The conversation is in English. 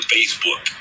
Facebook